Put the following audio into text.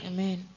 Amen